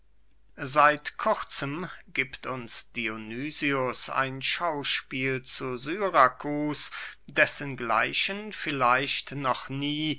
seit kurzem giebt uns dionysius ein schauspiel zu syrakus dessen gleichen vielleicht noch nie